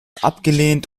abgelehnt